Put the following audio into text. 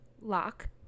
lock